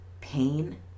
pain